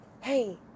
Hey